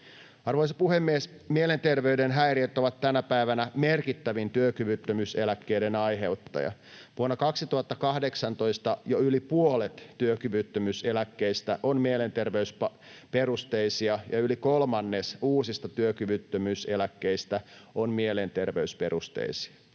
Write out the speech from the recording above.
Arvoisa puhemies! Mielenterveyden häiriöt ovat tänä päivänä merkittävin työkyvyttömyyseläkkeiden aiheuttaja. Vuonna 2018 jo yli puolet työkyvyttömyyseläkkeistä on mielenterveysperusteisia, ja yli kolmannes uusista työkyvyttömyyseläkkeistä on mielenter-veysperusteisia.